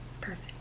Perfect